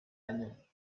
año